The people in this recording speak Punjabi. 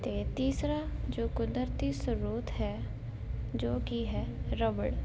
ਅਤੇ ਤੀਸਰਾ ਜੋ ਕੁਦਰਤੀ ਸਰੋਤ ਹੈ ਜੋ ਕਿ ਹੈ ਰਬੜ